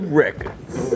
records